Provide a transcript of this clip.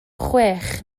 chwech